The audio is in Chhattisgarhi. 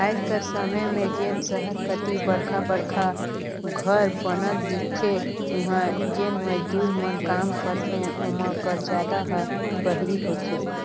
आएज कर समे में जेन सहर कती बड़खा बड़खा घर बनत दिखथें उहां जेन मजदूर मन काम करथे ओमा कर जादा ह बाहिरी होथे